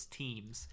teams